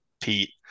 Pete